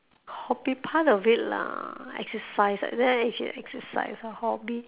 hobby part of it lah exercise like that exercise a hobby